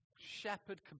shepherd